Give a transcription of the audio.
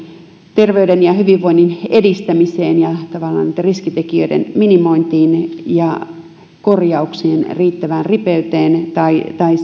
terveyden ja hyvinvoinnin edistämiseen riskitekijöiden minimointiin ja korjauksien riittävään ripeyteen tai tai